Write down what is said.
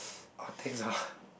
all takes ah